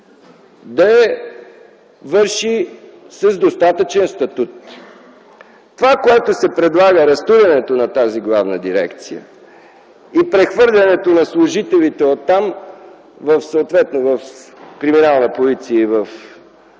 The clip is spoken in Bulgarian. да върши с достатъчен статут. Това, което се предлага – разтурянето на тази Главна дирекция и прехвърлянето на служителите оттам съответно в „Криминална полиция” и в „Борба